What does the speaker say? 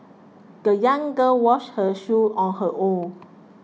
the young girl washed her shoes on her own